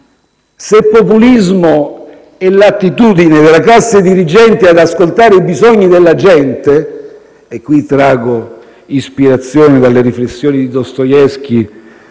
Se populismo è l'attitudine della classe dirigente ad ascoltare i bisogni della gente - e qui traggo ispirazione dalle riflessioni di Dostoevskij,